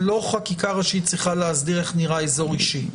לא חקיקה צריכה להסדיר איך נראה אזור אישי.